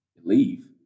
Leave